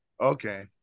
okay